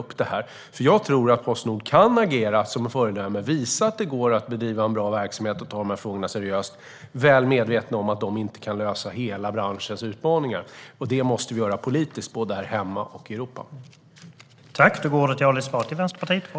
Jag tror att Postnord kan agera som ett föredöme och visa att det går att bedriva en bra, seriös verksamhet. Men jag är väl medveten om att Postnord inte kan lösa hela branschens utmaningar. Det måste vi göra politiskt både här hemma och i Europa.